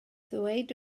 ddweud